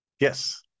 Yes